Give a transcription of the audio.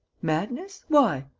madness? why?